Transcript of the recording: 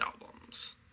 albums